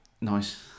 nice